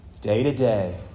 Day-to-day